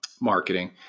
marketing